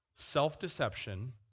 self-deception